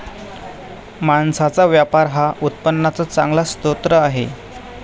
मांसाचा व्यापार हा उत्पन्नाचा चांगला स्रोत आहे